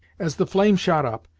as the flame shot up,